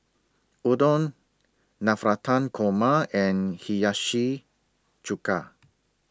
Udon Navratan Korma and Hiyashi Chuka